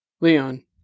Leon